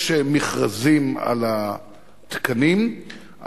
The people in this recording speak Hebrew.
יש מכרזים על התקנים,